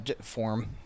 Form